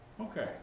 okay